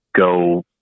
go